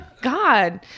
God